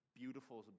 beautiful